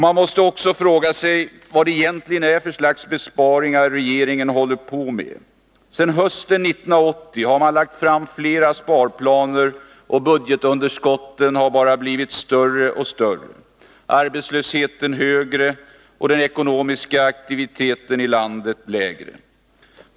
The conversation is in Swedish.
Man måste också fråga sig vad det egentligen är för slags besparingar regeringen håller på med. Sedan hösten 1980 har flera sparplaner lagts fram, och budgetunderskotten har bara blivit större, arbetslösheten högre och den ekonomiska aktiviteten i landet lägre.